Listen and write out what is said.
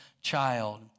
child